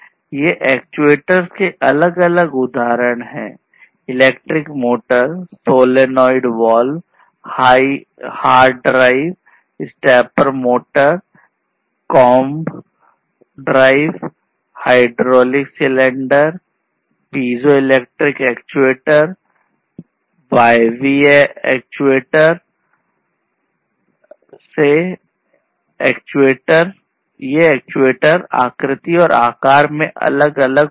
ये एक्चुएटर्स के अलग अलग उदाहरण हैं electric motor solenoid valve actuator हो सकते हैं